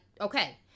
okay